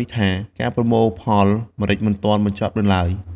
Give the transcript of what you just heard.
នេះថា ការប្រមូលផលម្រេចមិនទាន់បញ្ចប់នៅឡើយ។